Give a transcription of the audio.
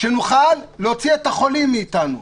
כדי שנוכל להוציא את החולים מאיתנו,